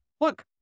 look